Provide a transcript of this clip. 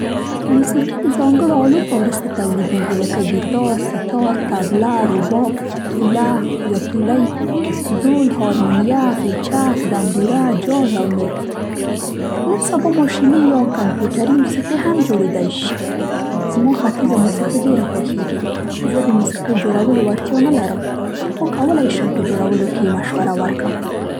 موسیقي د ځانګړو آلو په مرسته تولیدېږي، لکه ګیتار، سیتار، تبله، رباب، توله یا تولۍ، ډول، هارمونیه، غیچک، دمبوره، جاز او نور. نن سبا ماشیني یا کمپیوټري موسیقي هم جوړېدای شي. زما ختیځه موسیقي ډېره خوښېږي. زه د موسیقۍ جوړول وړتیا نه لرم، خو کولی شم په جوړول کې یې مشوره ورکړم.